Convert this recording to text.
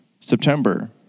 September